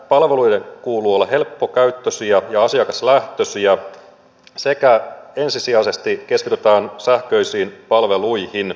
palvelujen kuuluu olla helppokäyttöisiä ja asiakaslähtöisiä sekä ensisijaisesti keskitytään sähköisiin palveluihin